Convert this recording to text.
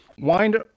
Wind